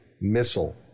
missile